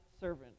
servant